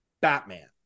Batman